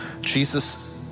Jesus